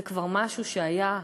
זה כבר משהו שהיה בעבר,